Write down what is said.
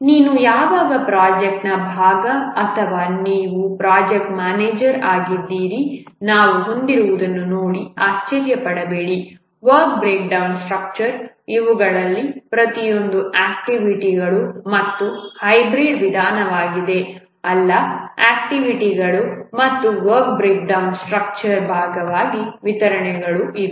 ನೀನು ಯಾವಾಗ ಪ್ರಾಜೆಕ್ಟ್ನ ಭಾಗ ಅಥವಾ ನೀವು ಪ್ರಾಜೆಕ್ಟ್ ಮ್ಯಾನೇಜರ್ ಆಗಿದ್ದೀರಿ ನಾವು ಹೊಂದಿರುವುದನ್ನು ನೋಡಿ ಆಶ್ಚರ್ಯಪಡಬೇಡಿ ವರ್ಕ್ ಬ್ರೇಕ್ಡೌನ್ ಸ್ಟ್ರಕ್ಚರ್ ಇವುಗಳಲ್ಲಿ ಪ್ರತಿಯೊಂದೂ ಆಕ್ಟಿವಿಟಿಗಳು ಮತ್ತು ಹೈಬ್ರಿಡ್ ವಿಧಾನವಾಗಿದೆ ಅಲ್ಲ ಆಕ್ಟಿವಿಟಿಗಳು ಮತ್ತು ವರ್ಕ್ ಬ್ರೇಕ್ಡೌನ್ ಸ್ಟ್ರಕ್ಚರ್ ಭಾಗವಾಗಿ ವಿತರಣೆಗಳು ಇವೆ